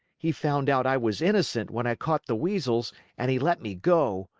he found out i was innocent when i caught the weasels and he let me go.